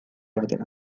batera